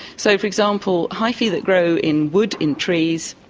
so, for example, hyphae that grow in wood in trees,